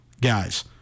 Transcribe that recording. guys